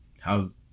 How's